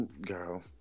girl